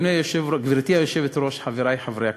גברתי היושבת-ראש, חברי חברי הכנסת,